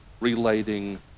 relating